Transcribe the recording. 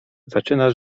zaczyna